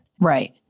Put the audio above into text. Right